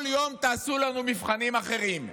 כל יום תעשו לנו מבחנים אחרים.